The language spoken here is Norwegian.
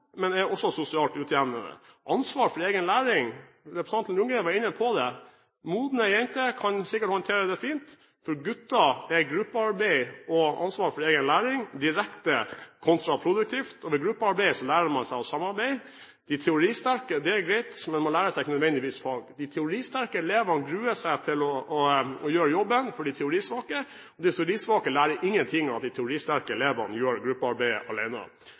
er også sosialt utjevnende. Ansvar for egen læring – representanten Ljunggren var inne på det – kan modne jenter sikkert håndtere fint, men for gutter er gruppearbeid og ansvar for egen læring direkte kontraproduktivt. Ved gruppearbeid lærer man seg å samarbeide, men man lærer seg ikke nødvendigvis fag. De teoristerke elevene gruer seg til å gjøre jobben for de teorisvake, og de teorisvake lærer ingenting av at de teoristerke elevene gjør gruppearbeidet